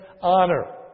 honor